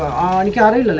on a